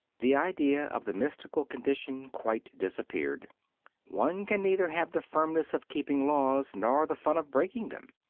the idea of the mystical condition quite disappeared one can neither have the firmness of keeping laws nor the fun of breaking them.